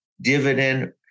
dividend